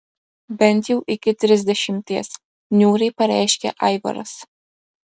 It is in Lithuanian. bent jau iki trisdešimties niūriai pareiškė aivaras